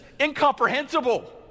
incomprehensible